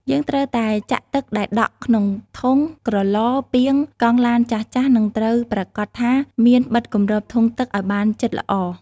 យើងត្រូវតែចាក់ទឹកដែលដក់ក្នុងធុង ក្រឡ ពាង កង់ឡានចាស់ៗ និងត្រូវប្រាកដថាបានបិទគម្របធុងទឹកឲ្យបានជិតល្អ។